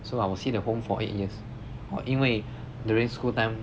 so I will see the home for eight years orh 因为 during school time